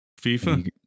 FIFA